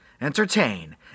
entertain